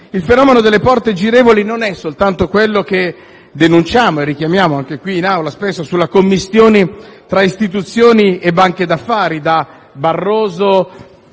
Il fenomeno delle porte girevoli non è soltanto quello che denunciamo e richiamiamo, spesso anche qui in Aula, sulla commistione tra istituzioni e banche d'affari, da Barroso,